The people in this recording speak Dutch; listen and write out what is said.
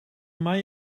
mij